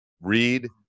Read